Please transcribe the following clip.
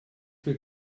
will